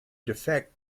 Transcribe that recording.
defect